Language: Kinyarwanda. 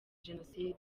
jenoside